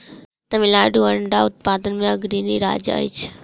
तमिलनाडु अंडा उत्पादन मे अग्रणी राज्य अछि